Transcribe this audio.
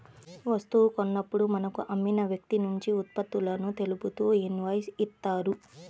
వస్తువు కొన్నప్పుడు మనకు అమ్మిన వ్యక్తినుంచి ఉత్పత్తులను తెలుపుతూ ఇన్వాయిస్ ఇత్తారు